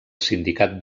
sindicat